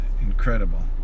incredible